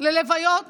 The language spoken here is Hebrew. ללוויות